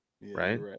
right